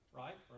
right